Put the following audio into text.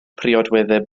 priodweddau